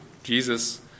Jesus